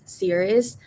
series